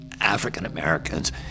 African-Americans